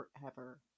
forever